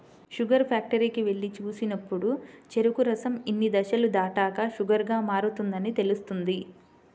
sugar ఫ్యాక్టరీకి వెళ్లి చూసినప్పుడు చెరుకు రసం ఇన్ని దశలు దాటాక షుగర్ గా మారుతుందని తెలుస్తుంది